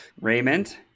Raymond